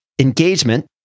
engagement